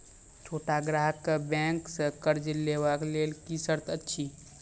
छोट ग्राहक कअ बैंक सऽ कर्ज लेवाक लेल की सर्त अछि?